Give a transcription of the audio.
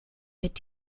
mit